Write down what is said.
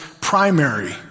primary